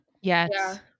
Yes